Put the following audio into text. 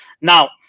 Now